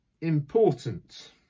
important